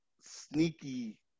sneaky